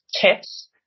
tips